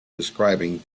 describing